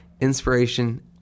inspiration